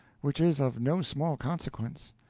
which is of no small consequence.